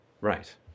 Right